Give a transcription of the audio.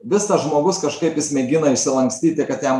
vis tas žmogus kažkaip jis mėgina išsilankstyti kad jam